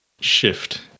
shift